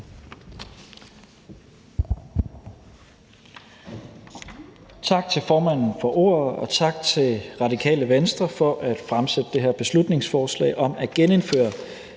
Tak til formanden for ordet og tak til Radikale Venstre for at fremsætte det her beslutningsforslag om at genindføre